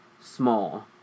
small